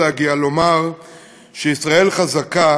ולומר שישראל חזקה